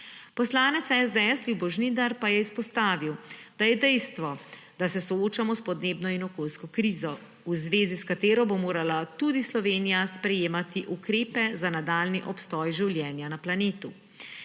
Poslanec SDS Ljubo Žnidar pa je izpostavil, da je dejstvo, da se soočamo s podnebno in okoljsko krizo, v zvezi s katero bo morala tudi Slovenija sprejemati ukrepe za nadaljnji obstoj življenja na planetu.